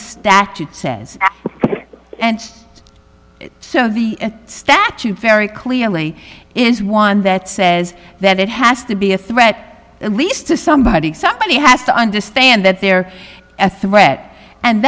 statute says and so the statute very clearly is one that says that it has to be a threat at least to somebody somebody has to understand that they're a threat and